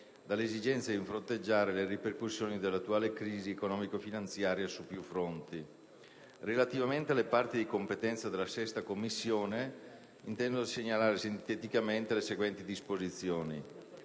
dall'esigenza di fronteggiare le ripercussioni dell'attuale crisi economico-finanziaria su più fronti. Relativamente alle parti di competenza della 6a Commissione, intendo segnalare sinteticamente le seguenti disposizioni.